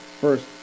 First